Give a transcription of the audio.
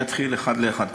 אני אתחיל ואענה אחד לאחד.